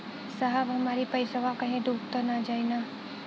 साहब हमार इ पइसवा कहि डूब त ना जाई न?